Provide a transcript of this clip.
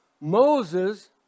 Moses